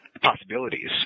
possibilities